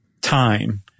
time